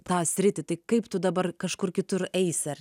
tą sritį tai kaip tu dabar kažkur kitur eisi ar